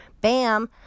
Bam